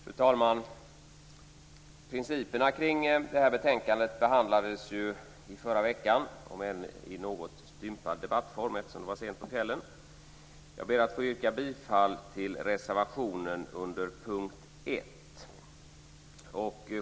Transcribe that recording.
Fru talman! Principerna kring det här betänkandet behandlades ju i förra veckan, om än i något stympad debattform, eftersom det var sent på kvällen. Jag ber att få yrka bifall till reservationen under punkt 1.